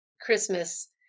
Christmas